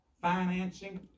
financing